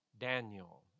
Daniel